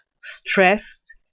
stressed